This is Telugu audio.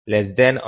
733 0